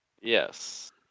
Yes